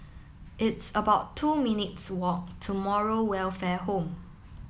it's about two minutes' walk to Moral Welfare Home